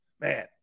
man